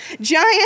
giant